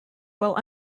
while